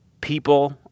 people